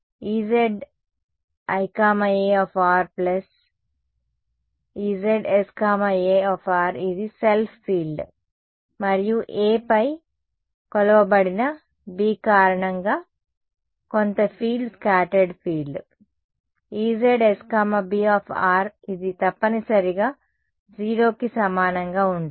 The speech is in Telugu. EziA EzsA ఇది సెల్ఫ్ ఫీల్డ్ మరియు A పై కొలవబడిన B కారణంగా కొంత ఫీల్డ్ స్కాటర్డ్ ఫీల్డ్ EzsB ఇది తప్పనిసరిగా 0 కి సమానంగా ఉండాలి